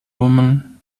woman